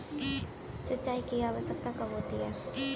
सिंचाई की आवश्यकता कब होती है?